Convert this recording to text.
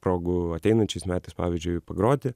progų ateinančiais metais pavyzdžiui pagroti